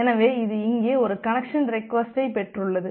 எனவே இது இங்கே ஒரு கனெக்சன் ரெக்வஸ்ட்டைப் பெற்றுள்ளது